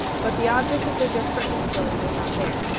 but the object of their desperate hostility was not there.